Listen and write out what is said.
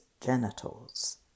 genitals